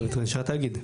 של התאגיד.